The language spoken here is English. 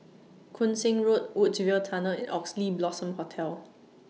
Koon Seng Road Woodsville Tunnel and Oxley Blossom Hotel